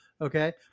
okay